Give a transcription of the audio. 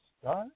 start